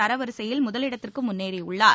தர வரிசையில் முதலிடத்திற்கு முன்னேறியுள்ளார்